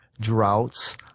droughts